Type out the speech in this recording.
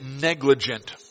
negligent